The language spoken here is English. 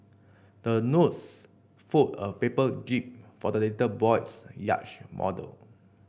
the nurse fold a paper jib for the little boy's yacht model